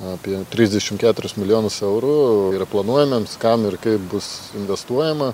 apie trisdešim keturis milijonus eurų yra planuojamiems kam ir kaip bus investuojama